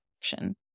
action